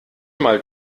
mal